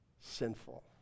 sinful